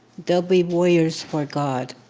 they'll be warriors for god.